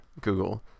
google